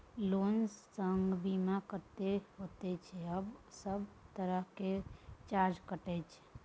Loan संग बीमा कत्ते के होय छै आ केना सब तरह के चार्ज कटै छै?